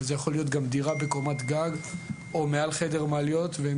זה יכול להיות גם דירה בקומת גג או מעל חדר מעליות והם